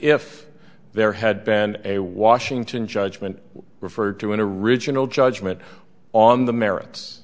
if there had been a washington judgment referred to in a regional judgement on the merits